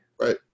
Right